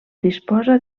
disposa